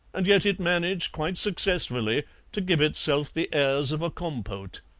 and yet it managed quite successfully to give itself the airs of a compote.